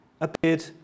appeared